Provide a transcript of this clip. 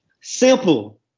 Simple